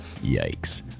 Yikes